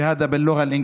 התעודה הזאת בשפה האנגלית